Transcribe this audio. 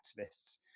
activists